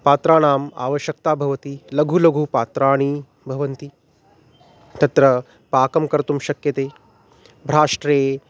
पात्राणाम् आवश्यकता भवति लघूनि लघूनि पात्राणि भवन्ति तत्र पाकं कर्तुं शक्यते भ्राष्ट्रे